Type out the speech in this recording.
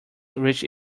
reached